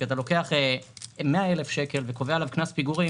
כשאתה לוקח 100,000 שקל וקובע עליו קנס פיגורים